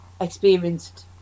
experienced